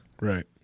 Right